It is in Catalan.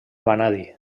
vanadi